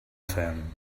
fent